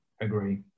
agree